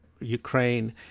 Ukraine